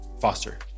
foster